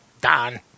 Done